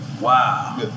Wow